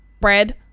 Bread